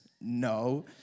No